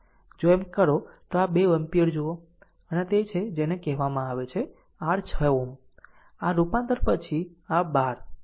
જો એમ કરો તો આ બે એમ્પીયર જુઓ અને આ તે છે જેને આ કહેવામાં આવે છે r 6 Ω આ રૂપાંતર પછી આ 12